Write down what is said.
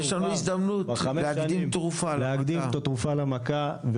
יש לנו אפשרות להקדים תרופה למכה.